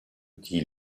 dit